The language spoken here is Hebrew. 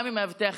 עם מאבטח.